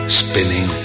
spinning